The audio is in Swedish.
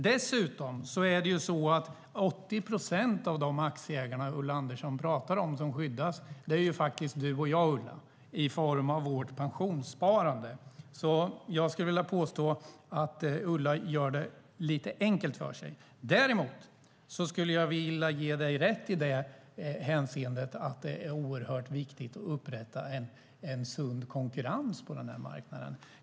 Dessutom: 80 procent av de aktieägare som Ulla Andersson pratar om som skyddas är faktiskt du och jag, Ulla, i form av vårt pensionssparande. Jag skulle vilja påstå att Ulla gör det lite enkelt för sig. Däremot vill jag ge dig rätt i det hänseendet att det är oerhört viktigt att upprätta en sund konkurrens på marknaden.